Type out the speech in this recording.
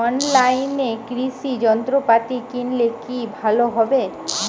অনলাইনে কৃষি যন্ত্রপাতি কিনলে কি ভালো হবে?